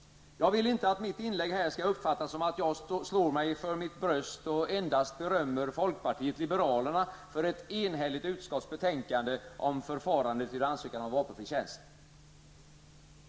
Jag vill inte att mitt inlägg här skall uppfattas som att jag slår mig för mitt bröst och endast berömmer folkpartiet liberalerna för ett enhälligt utskotts betänkande om förfarandet vid ansökan om vapenfri tjänst.